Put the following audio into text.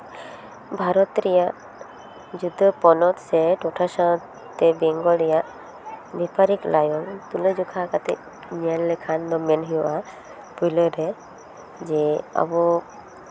ᱵᱷᱟᱨᱚᱛ ᱨᱮᱭᱟᱜ ᱡᱩᱫᱟᱹ ᱯᱚᱱᱚᱛ ᱥᱮ ᱴᱚᱴᱷᱟ ᱥᱟᱶᱛᱮ ᱵᱮᱝᱜᱚᱞ ᱨᱮᱭᱟᱜ ᱵᱮᱯᱟᱨᱤᱠ ᱞᱟᱭᱚᱝ ᱛᱩᱞᱟᱹᱼᱡᱚᱠᱷᱟ ᱠᱟᱛᱮᱫ ᱧᱮᱞ ᱞᱮᱠᱷᱟᱱ ᱫᱚ ᱢᱮᱱ ᱦᱩᱭᱩᱜᱼᱟ ᱯᱳᱭᱞᱳ ᱨᱮ ᱡᱮ ᱟᱵᱚ